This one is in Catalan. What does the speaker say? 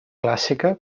clàssica